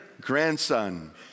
grandson